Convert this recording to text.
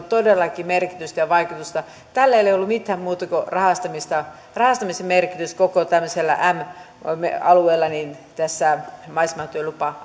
todellakin merkitystä ja vaikutusta tällä ei ole ollut mitään muuta kuin rahastamisen merkitys koko tämmöisellä m alueella tällä maisematyölupa